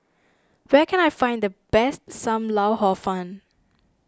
where can I find the best Sam Lau Hor Fun